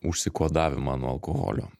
užsikodavimą nuo alkoholio